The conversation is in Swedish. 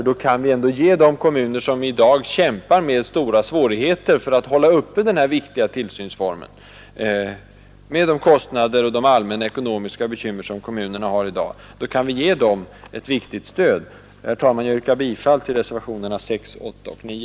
Då kan vi ändå ge de kommuner ett gott stöd som i dag kämpar med stora svårigheter att hålla uppe denna viktiga tillsynsform — med de kostnader och de allmänna ekonomiska bekymmer som man har. Herr talman! Jag yrkar bifall till reservationerna 6, 8 och 9.